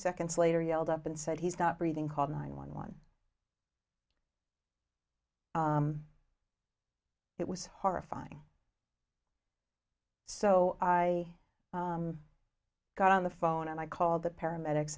seconds later yelled up and said he's got breathing call nine one one it was horrifying so i got on the phone and i called the paramedics